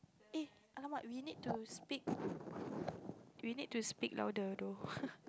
eh !alamak! we need to speak we need to speak louder though